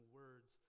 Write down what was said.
words